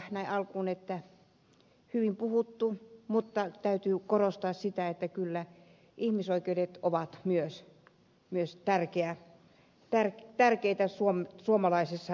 heinoselle voisi sanoa näin alkuun että hyvin puhuttu mutta täytyy korostaa sitä että kyllä ihmisoikeudet ovat myös tärkeitä suomalaisessa demokratiassa